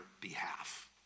behalf